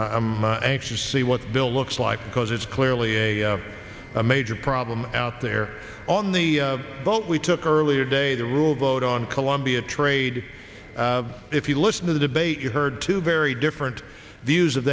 to see what bill looks like because it's clearly a major problem out there on the boat we took earlier today the rule vote on colombia trade if you listen to the debate you heard two very different views of